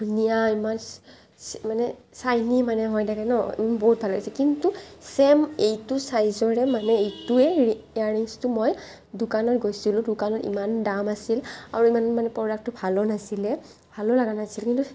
ধুনীয়া ইমান মানে ছাইনি মানে হৈ থাকে ন' বহুত ভাল লাগিছে কিন্তু চেম এইটো চাইজৰে মানে এইটোৱে ইয়াৰৰিংচটো মই দোকানত গৈছিলোঁ দোকানত ইমান দাম আছিল আৰু ইমান মানে প্ৰডাক্টটো ভালো নাছিলে ভালো লাগা নাছিল কিন্তু